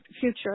future